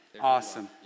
Awesome